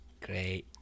Great